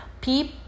PEEP